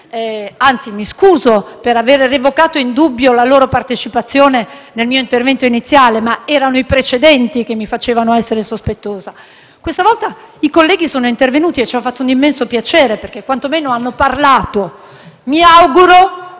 anzi, mi scuso per aver revocato in dubbio la loro partecipazione nel mio intervento iniziale, ma erano i precedenti che mi portavano ad essere sospettosa. Questa volta i colleghi sono intervenuti e ci ha fatto un immenso piacere, perché quantomeno hanno parlato. Mi auguro